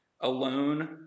alone